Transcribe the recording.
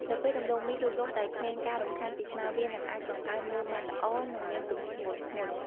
នៅពេលដំឡូងមីលូតលាស់ដោយគ្មានការរំខានពីស្មៅ វានឹងអាចបង្កើនមើមបានធំ និងមានទម្ងន់ធ្ងន់។